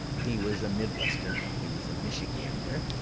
he was a midwesterner. he was a michigander.